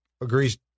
agrees